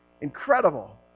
incredible